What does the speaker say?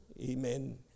amen